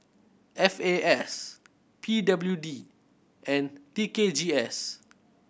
F A S P W D and T K G S